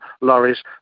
lorries